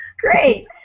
Great